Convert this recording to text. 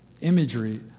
imagery